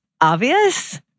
obvious